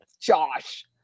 Josh